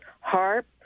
Harp